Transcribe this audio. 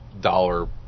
dollar